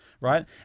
right